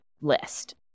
list